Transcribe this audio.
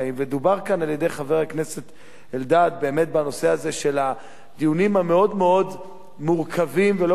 דיבר כאן חבר הכנסת אלדד בנושא הזה של הדיונים המאוד-מורכבים ולא פשוטים